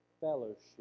fellowship